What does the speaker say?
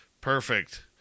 Perfect